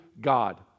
God